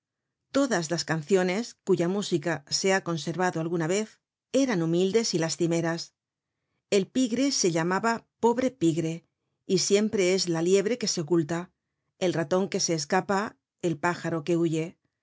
todas las canciones cuya música se ha conservado alguna vez eran humildes y lastimeras el pigre se llamaba pobre pigre y siempre es la liebre que se oculta el raton que se escapa el pájaro que huye